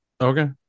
Okay